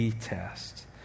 test